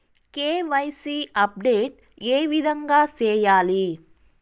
KYC update ఏ విధంగా సేయాలి?